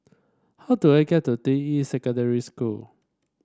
how do I get to Deyi Secondary School